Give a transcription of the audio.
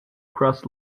cross